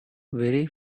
very